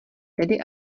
tedy